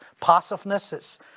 passiveness